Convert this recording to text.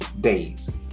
days